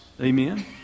Amen